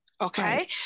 Okay